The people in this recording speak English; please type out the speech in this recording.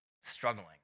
struggling